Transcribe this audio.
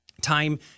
Time